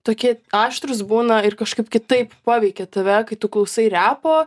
tokie aštrūs būna ir kažkaip kitaip paveikia tave kai tu klausai repo